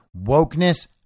wokeness